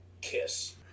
Kiss